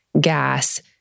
gas